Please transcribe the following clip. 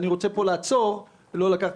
אני רוצה לעצור כאן, צריכה